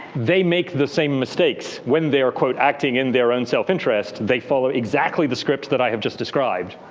they make the same mistakes when they are quote, acting in their own self-interest. they followed exactly the script that i have just described.